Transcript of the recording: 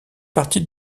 partie